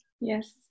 Yes